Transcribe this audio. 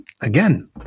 again